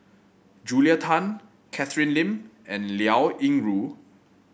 Julia Tan Catherine Lim and Liao Yingru